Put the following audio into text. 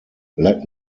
let